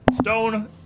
stone